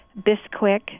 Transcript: Bisquick